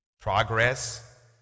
Progress